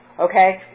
Okay